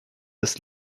ist